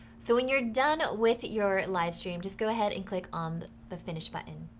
so when you're done with your live stream, just go ahead and click on the finished button.